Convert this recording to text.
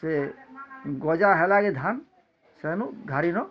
ସେ ଗଜା ହେଲାଣି ଧାନ୍ ସେନୁ ଘାଡ଼ିର